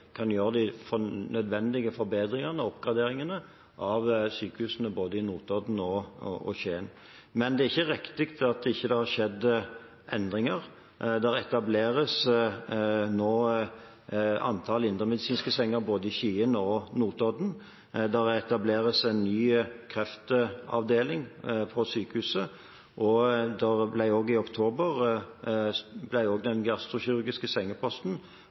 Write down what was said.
kan gjøre de nødvendige forbedringene og oppgraderingene av sykehusene både i Notodden og Skien. Men det er ikke riktig at det ikke er skjedd endringer. Det etableres nå et antall indremedisinske senger både i Skien og Notodden. Det etableres en ny kreftavdeling ved sykehuset, og i oktober ble den gastrokirurgiske sengeposten styrket med ytterligere fire senger. Så det foregår en utbygging og